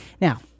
Now